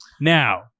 Now